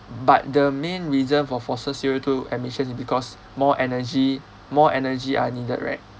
but the main reason for fossil C_O two emissions is because more energy more energy are needed right